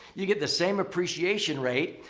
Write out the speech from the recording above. you get the same appreciation rate.